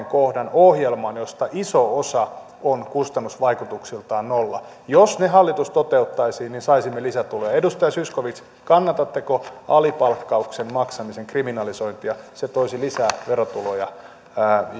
kohdan ohjelmaan josta iso osa on kustannusvaikutuksiltaan nolla jos ne hallitus toteuttaisi niin saisimme lisätuloja edustaja zyskowicz kannatatteko alipalkkauksen maksamisen kriminalisointia se toisi lisää verotuloja